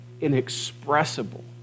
inexpressible